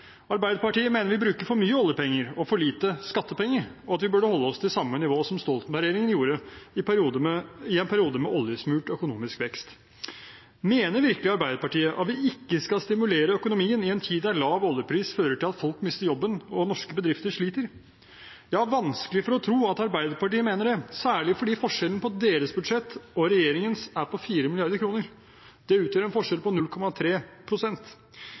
Arbeiderpartiet mener vi bruker for mye oljepenger og for lite skattepenger, og at vi burde holde oss til samme nivå som Stoltenberg-regjeringen gjorde i en periode med oljesmurt økonomisk vekst. Mener virkelig Arbeiderpartiet at vi ikke skal stimulere økonomien i en tid da lav oljepris fører til at folk mister jobben og norske bedrifter sliter? Jeg har vanskelig for å tro at Arbeiderpartiet mener det, særlig fordi forskjellen på deres budsjett og regjeringens er på 4 mrd. kr. Det utgjør en forskjell på